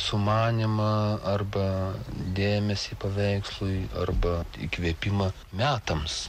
sumanymą arba dėmesį paveikslui arba įkvėpimą metams